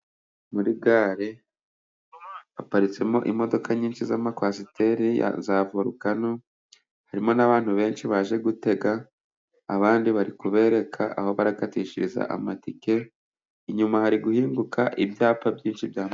Muri gare haparitsemo imodoka nyinshi z'ama kwasiteri ya za vorukano ,harimo n'abantu benshi baje gutega abandi bari kubereka aho barakatishiriza amatike, inyuma hari guhinguka ibyapa byinshi bya....